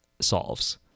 solves